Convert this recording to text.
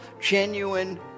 genuine